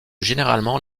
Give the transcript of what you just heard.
généralement